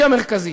היא המרכזית,